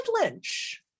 lynch